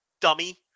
Dummy